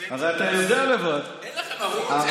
הרי אתה יודע לבד, אין לכם ערוץ, אין לכם עיתון?